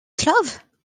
slaves